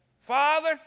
Father